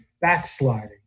backsliding